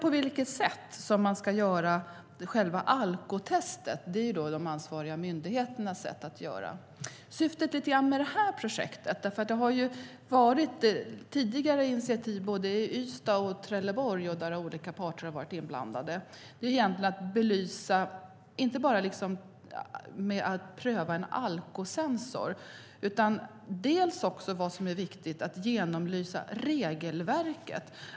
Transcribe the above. På vilket sätt man ska göra själva alkotestet avgör de ansvariga myndigheterna. Syftet med det här projektet - det har varit tidigare initiativ i både Ystad och Trelleborg där olika parter har varit inblandade - är inte bara att pröva en alkosensor. Vad som också är viktigt är att genomlysa regelverket.